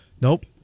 Nope